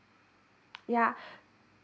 yeah